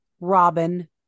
robin